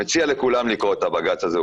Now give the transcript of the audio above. אני מציע לכולם לקרוא את הבג"ץ הזה,